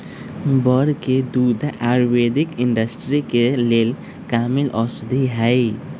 बड़ के दूध आयुर्वैदिक इंडस्ट्री के लेल कामिल औषधि हई